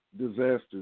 disaster